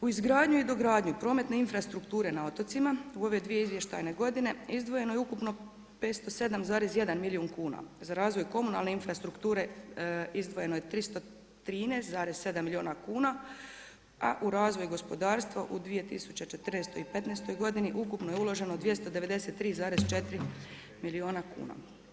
U izgradnju i dogradnju prometne infrastrukture na otocima u ove dvije izvještajne godine, izdvojeno je ukupno 507,1 milijun kuna, za razvoj komunalne infrastrukture, izdvojeno je 313,7 milijuna kuna a u razvoju gospodarstva u 2014. i petnaestoj godini ukupno je uloženo 293,4 milijuna kuna.